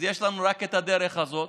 יש לנו רק את הדרך הזו,